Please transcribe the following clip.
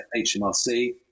HMRC